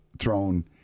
thrown